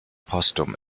posthum